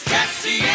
Jesse